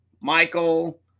Michael